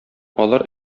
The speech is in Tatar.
алар